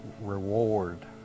reward